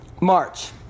March